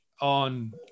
on